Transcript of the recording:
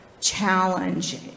challenge